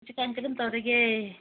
ꯍꯧꯖꯤꯛꯀꯥꯟ ꯀꯔꯝ ꯇꯧꯔꯤꯒꯦ